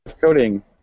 coding